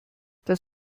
das